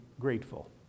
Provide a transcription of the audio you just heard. grateful